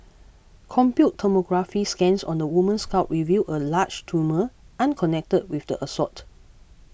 computed tomography scans on the woman's skull revealed a large tumour unconnected with the assault